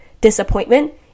disappointment